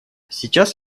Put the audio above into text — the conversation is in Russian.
сейчас